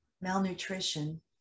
malnutrition